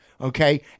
Okay